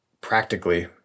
practically